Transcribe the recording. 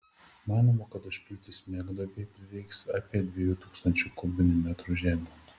manoma kad užpilti smegduobei prireiks apie dviejų tūkstančių kubinių metrų žemių